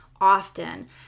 often